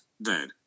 Dead